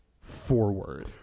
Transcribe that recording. forward